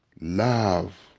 love